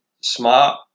smart